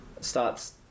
starts